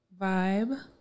vibe